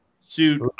suit